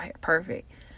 perfect